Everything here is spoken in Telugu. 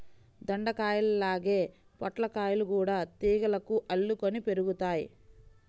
దొండకాయల్లాగే పొట్లకాయలు గూడా తీగలకు అల్లుకొని పెరుగుతయ్